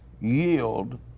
yield